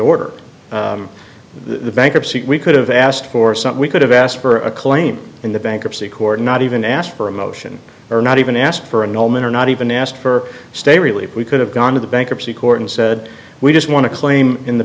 order of the bankruptcy we could have asked for something we could have asked for a claim in the bankruptcy court not even asked for a motion or not even asked for an omen or not even asked for a stay really if we could have gone to the bankruptcy court and said we just want to claim in the